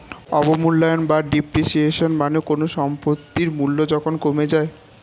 অবমূল্যায়ন বা ডেপ্রিসিয়েশন মানে কোনো সম্পত্তির মূল্য যখন কমে যায়